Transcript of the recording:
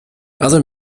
other